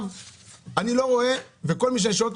אני אגיד לך למה אני מתכוון.